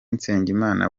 nsengimana